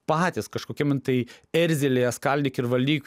patys kažkokiam tai erzelyje skaldyk ir valdyk